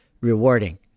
rewarding